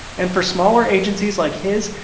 and for smaller agencies like his,